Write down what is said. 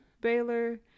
Baylor